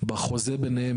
בחוזה ביניהם,